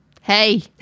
Hey